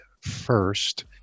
first